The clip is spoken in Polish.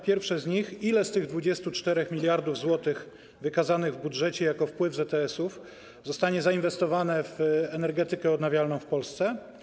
Pierwsze z nich: Ile z tych 24 mld zł wykazanych w budżecie jako wpływ z ETS-ów zostanie zainwestowane w energetykę odnawialną w Polsce?